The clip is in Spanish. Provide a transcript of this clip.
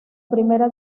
primera